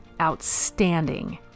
outstanding